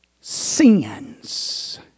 sins